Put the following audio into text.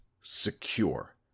secure